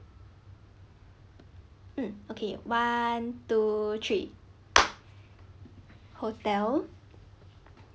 mm okay one two three hotel